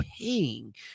paying